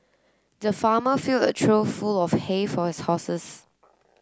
the farmer filled a trough full of hay for his horses